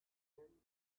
him